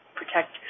protect